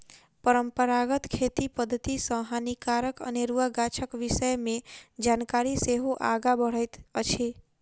परंपरागत खेती पद्धति सॅ हानिकारक अनेरुआ गाछक विषय मे जानकारी सेहो आगाँ बढ़ैत अछि